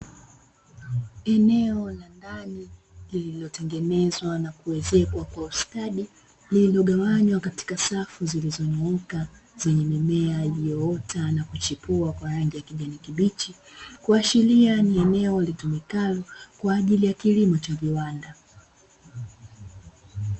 Eneo la ndani liliotengenezwa na kuezekwa kwa ustadi lililogawanywa katika safu zilizonyooka, zenye mimea iliyoota na kuchipua kwa rangi ya kijani kibichi kuashiria ni eneo litumikalo, kwa ajili ya kilimo cha viwanda.